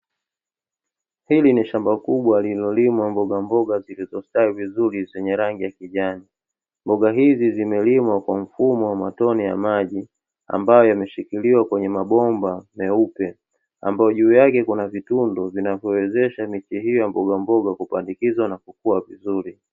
Hili ni shamba kubwa lililolimwa mbogamboga zilizostawi vizuri zenye rangi ya kijani, mboga hizi zimelimwa kwa mfumo wa matone ya maji ambayo yameshikiliwa kwenye mabomba meupe, ambayo juu yake kuna vitundu vinavyowezesha miche hii ya mbogamboga kukua na kupandikizwa vizuri.